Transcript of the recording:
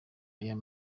real